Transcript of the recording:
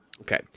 Okay